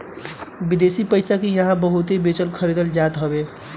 विदेशी पईसा के इहां बहुते बेचल खरीदल जात हवे